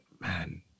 Man